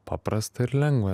paprasta ir lengva